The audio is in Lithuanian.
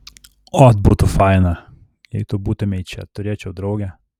ot būtų faina jei tu būtumei čia turėčiau draugę